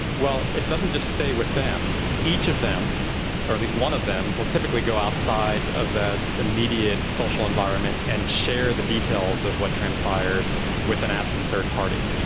well, it doesn't just stay with them. each of them or at least one of them will typically go outside of the immediate social environment and share the details of what transpired with an absent third-party.